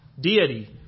deity